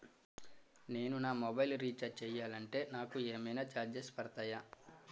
నేను నా mobile recharge చేయాలంటే నాకు ఏమైనా చార్జెస్ పడతాయా?